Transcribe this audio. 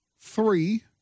three